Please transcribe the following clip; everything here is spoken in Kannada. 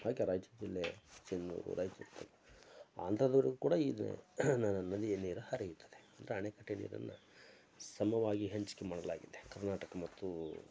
ಹಾಗೆ ರಾಯ್ಚೂರು ಜಿಲ್ಲೆ ಸಿಂಧನೂರು ರಾಯಚೂರು ಆಂಧ್ರದವ್ರಿಗೂ ಕೂಡ ಇದೇ ನದಿಯ ನೀರು ಹರಿಯುತ್ತದೆ ಅಂದರೆ ಅಣೆಕಟ್ಟೆ ನೀರನ್ನು ಸಮವಾಗಿ ಹಂಚಿಕೆ ಮಾಡಲಾಗಿದೆ ಕರ್ನಾಟಕ ಮತ್ತು